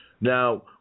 Now